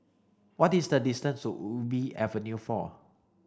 what is the distance to Ubi Avenue four